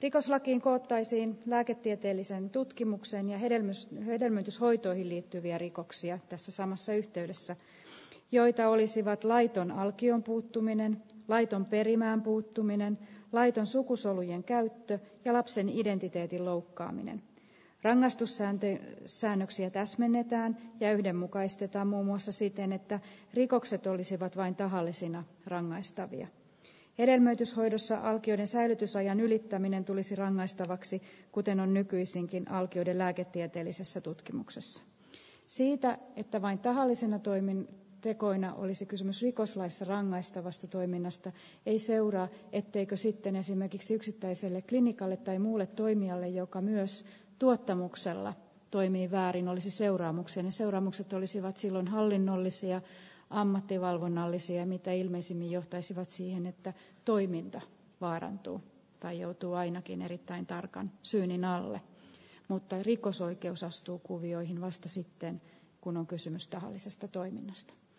rikoslakiin koottaisiin lääketieteelliseen tutkimukseen ja hermes hedelmöityshoitoihin liittyviä rikoksia tässä samassa yhteydessä joita olisivat laiton alkion puuttuminen laiton perimään puuttuminen laita sukusolujen käyttö ja lapseni identiteetin loukkaaminen rangaistussääntöjen säännöksiä täsmennetään ja yhdenmukaistetaan muun muassa siten että rikokset olisivat vain tahallisena rangaistavia ennätyshoidossa alkioiden säilytysajan ylittäminen tulisi rangaistavaksi kuten on nykyisinkin alkioiden lääketieteellisessä tutkimuksessa siitä että vain tahallisena toimi nyt tekoina olisi kysymys rikoslaissa rangaistavasta toiminnasta ei seuraa etteikö sitten esimerkiksi yksittäiselle klinikalle tai muulle toimijalle joka myös tuottamuksella toimii väärin olisi seuraamuksen seuraamukset olisivat silloin hallinnollisia ammatti valvonnallisia mitä ilmeisimmin johtaisivat siihen että toiminta vaarantuu tai joutuu ainakin erittäin tarkan syynin alle mutta rikosoikeus astuu kuvioihin vasta sitten kun on kysymys tahallisesta toiminnasta